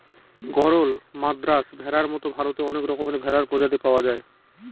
গরল, মাদ্রাজ ভেড়ার মতো ভারতে অনেক রকমের ভেড়ার প্রজাতি পাওয়া যায়